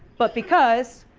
but because